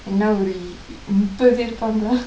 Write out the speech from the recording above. என்ன ஓறு முப்பது இருப்பாங்கலா:enna oru mupathu irupaangkalaa